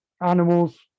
animals